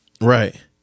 right